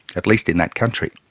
at least in that country.